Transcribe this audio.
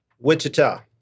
Wichita